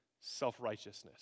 self-righteousness